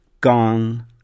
Gone